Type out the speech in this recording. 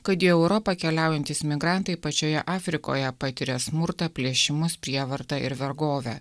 kad į europą keliaujantys migrantai pačioje afrikoje patiria smurtą plėšimus prievartą ir vergovę